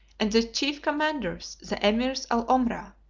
and the chief commanders, the emirs al omra,